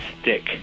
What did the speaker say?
stick